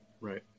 Right